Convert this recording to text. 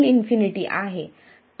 तर incremental VGS शून्य आहे